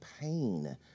pain